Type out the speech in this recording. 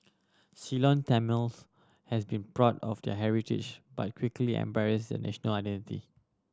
Ceylon Tamils has been proud of their heritage but quickly embraced a national identity